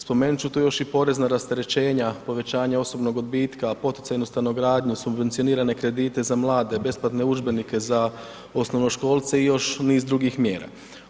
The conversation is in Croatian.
Spomenut ću tu još i porezna rasterećenja, povećanje osobnog odbitka, poticajnu stanogradnju, subvencionirane kredite za mlade, besplatne udžbenike za osnovnoškolce i još niz drugih mjera.